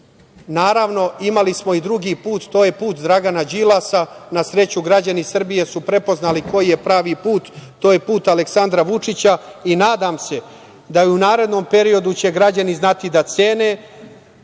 imali smo i drugi put, to je put Dragana Đilasa, na sreću, građani Srbije su prepoznali koji je pravi put, to je put Aleksandra Vučića i nadam se da će u narednom periodu građani znati da cene